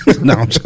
No